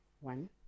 one